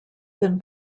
then